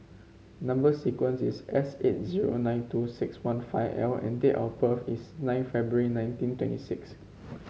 number sequence is S eight zero nine two six one five L and date of birth is nine February nineteen twenty six